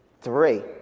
Three